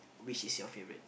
which is your favourite